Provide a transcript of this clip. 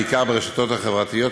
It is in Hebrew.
בעיקר ברשתות החברתיות,